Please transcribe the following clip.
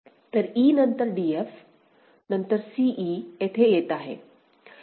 तर e नंतर d f नंतर c e येथे येत आहे